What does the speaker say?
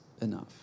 enough